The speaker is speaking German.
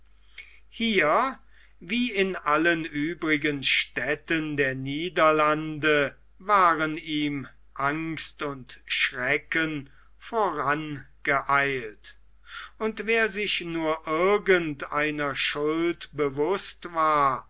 hier wie in allen übrigen städten der niederlande waren ihm angst und schrecken vorangeeilt und wer sich nur irgend einer schuld bewußt war